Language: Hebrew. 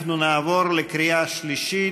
אנחנו נעבור לקריאה שלישית.